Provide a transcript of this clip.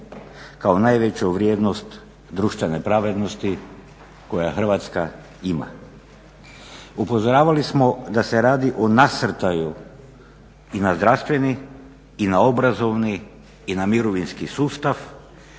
kao najveću vrijednost društvene pravednosti koju Hrvatska ima. Upozoravali smo da se radi o nasrtaju i na zdravstveni i na obrazovni i na mirovinski sustav,